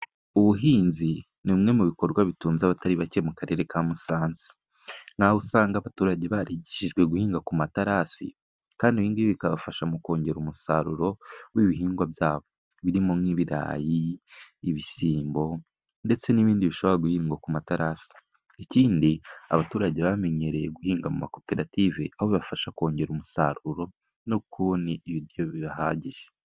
Ubuhinzi nimwe mu bikorwa bitunze abatari bake mu karere ka musanze, naho usanga abaturage barishijwe guhinga ku materasi, kandi ibindi bikabafasha mu kongera umusaruro w'ibihingwa byabo, birimo nk'ibirayi, ibisimbo ndetse n'ibindi bishobora guhingwa ku matarasi. Ikindi abaturage bamenyereye guhinga mu makoperative aho babafasha kongera umusaruro no kubona ibiryo bihagije.